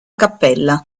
cappella